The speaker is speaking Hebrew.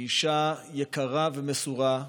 היא אישה יקרה ומסורה,